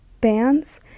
bands